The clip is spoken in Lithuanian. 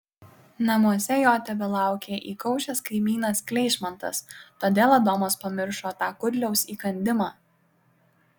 namuose jo tebelaukė įkaušęs kaimynas kleišmantas todėl adomas pamiršo tą kudliaus įkandimą